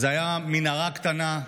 זו הייתה מנהרה קטנה.